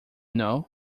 know